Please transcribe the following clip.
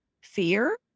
fear